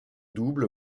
double